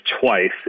twice